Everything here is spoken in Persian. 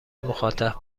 مخاطب